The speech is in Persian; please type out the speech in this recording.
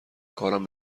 کارم